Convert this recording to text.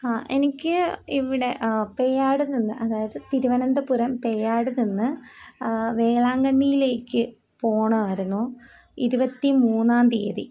എനിക്ക് ഇവിടെ പേയാട് നിന്ന് അതായത് തിരുവനന്തപുരം പേയാട് നിന്ന് വേളാങ്കണ്ണിയിലേക്ക് പോകണമായിരുന്നു ഇരുപത്തി മൂന്നാം തീയതി